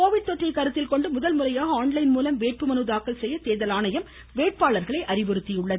Covid தொற்றை கருத்தில் கொண்டு முதன்முறையாக ஆன்லைன் மூலம் வேட்பு மனு தாக்கல் செய்ய தேர்தல் அறிவுறுத்தியுள்ளது